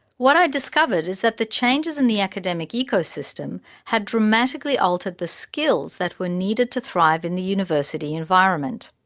what i discovered is that the changes in the academic ecosystem had dramatically altered the skills that were needed to thrive in the university environment.